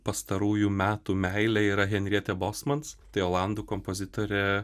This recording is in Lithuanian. pastarųjų metų meilė yra henrieta bosmans tai olandų kompozitorė